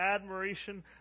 admiration